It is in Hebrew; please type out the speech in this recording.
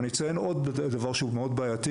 אני אציין עוד דבר שהוא מאוד בעייתי